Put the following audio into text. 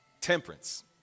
Temperance